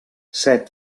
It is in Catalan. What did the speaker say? set